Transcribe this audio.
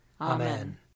Amen